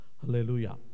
Hallelujah